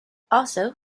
also